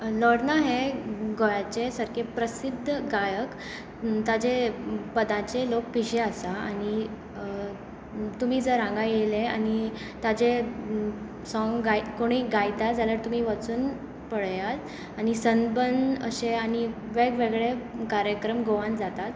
Lorna हें गोंयांचें सारकें प्रसिध्द गायक ताचे पदांचेर लोक पिशे आसा आनी तुमी जर हांगा आयलें आनी ताचें सोंग कोणूय गायता जाल्यार तुमी वचून पळयात आनी सनबर्न अशे आनी वेग वेगळे कार्यक्रम गोंयांत जातात